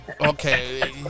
Okay